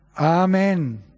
Amen